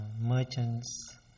merchants